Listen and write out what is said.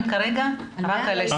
כרגע אנחנו מדברים רק על הישראלים.